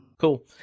Cool